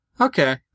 Okay